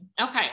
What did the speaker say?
okay